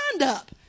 up